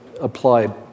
applied